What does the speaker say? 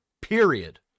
period